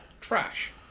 Trash